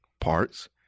parts